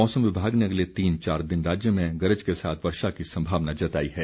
मौसम विभाग ने अगले तीन चार दिन राज्य में गरज के साथ वर्षा की सम्भावना जताई है